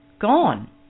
gone